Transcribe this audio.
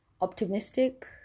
optimistic